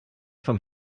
vom